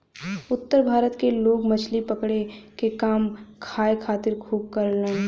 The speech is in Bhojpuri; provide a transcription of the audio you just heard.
उत्तर भारत के लोग मछली पकड़े क काम खाए खातिर खूब करलन